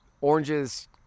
oranges